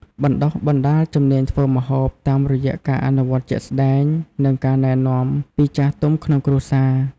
បណ្តុះបណ្តាលជំនាញធ្វើម្ហូប តាមរយៈការអនុវត្តជាក់ស្តែង និងការណែនាំពីចាស់ទុំក្នុងគ្រួសារ។